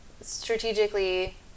strategically